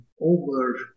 over